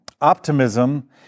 Optimism